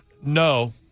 No